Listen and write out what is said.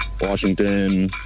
Washington